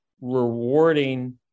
rewarding